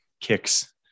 kicks